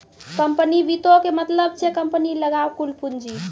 company वित्तो के मतलब छै कम्पनी लगां कुल पूंजी